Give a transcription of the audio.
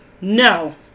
No